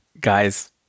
guys